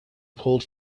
pulled